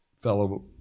fellow